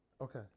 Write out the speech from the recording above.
Okay